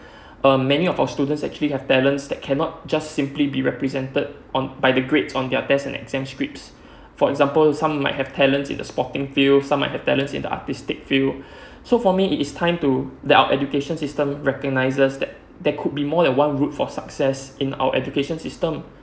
uh many of our students actually have talents that cannot just simply be represented on by the grades on their test and exams scripts for example some might have talents in the sporting field some might have talents in the artistic field so for me it is time to that our education system recognizes that there could be more than one route for success in our education system